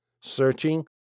searching